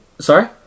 sorry